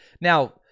Now